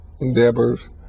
endeavors